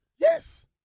Yes